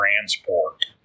transport